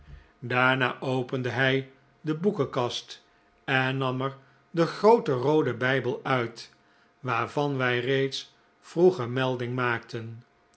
daarna opende hij de boekenkast en nam er den grooten rooden bijbel uit waarvan wij reeds vroeger melding maakten